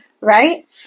right